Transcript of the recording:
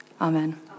Amen